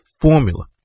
formula